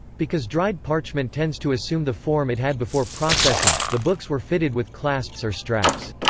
because dried parchment tends to assume the form it had before processing, the books were fitted with clasps or straps.